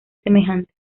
semejantes